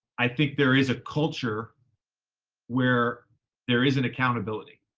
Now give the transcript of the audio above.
i think there is a culture where there isn't accountability.